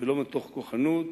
ולא מתוך כוחנות,